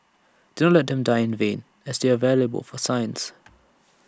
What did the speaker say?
do not let them die in vain as they are valuable for science